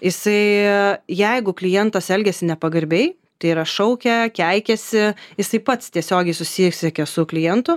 jisai jeigu klientas elgiasi nepagarbiai tai yra šaukia keikiasi jisai pats tiesiogiai susisiekia su klientu